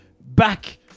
back